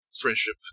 friendship